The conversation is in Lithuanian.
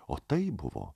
o tai buvo